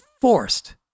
forced